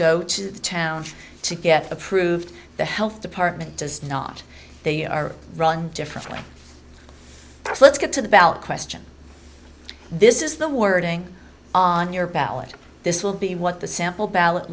go to town to get approved the health department does not they are run differently let's get to the ballot question this is the wording on your ballot this will be what the sample ballot